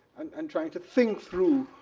and trying to think through